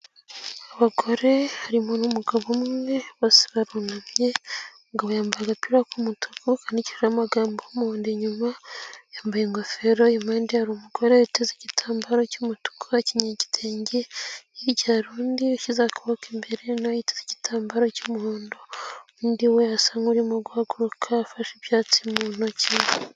Abagore harimo n'umugabo umwe bose barunamye ,umugabo yambaye agapira k'umutuku kandikishijeho amagambo y'umuhondo inyuma, yambaye ingofero impande hari umugore yiteze igitambaro cy'umutuku, akenyeye igitenge. Hirya hari undi ushyizeho akaboko imbere, nawe witeze igitambaro cy'umuhondo, undi we asa nk'urimo guhaguruka afashe ibyatsi mu ntoki.